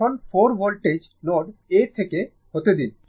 এখন v voltage node A তে হতে দিন